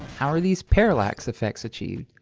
how are these parallax effects achieved?